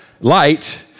light